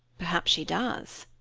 perhaps she does.